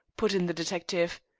put in the detective.